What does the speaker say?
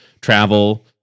travel